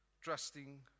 Trusting